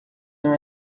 não